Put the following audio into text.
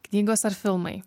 knygos ar filmai